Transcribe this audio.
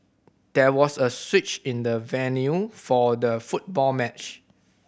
there was a switch in the venue for the football match